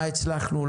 מה הצלחנו,